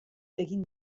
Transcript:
egin